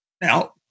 Now